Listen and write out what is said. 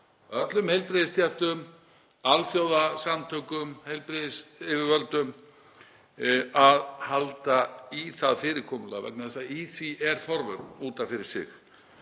öllum heilbrigðisstéttum, alþjóðasamtökum, heilbrigðisyfirvöldum að halda í það fyrirkomulag vegna þess að í því er forvörn út af fyrir sig.